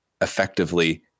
effectively